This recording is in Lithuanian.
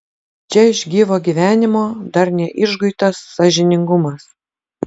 čia iš gyvo gyvenimo dar neišguitas sąžiningumas